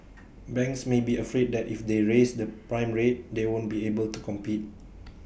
banks may be afraid that if they raise the prime rate they won't be able to compete